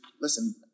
Listen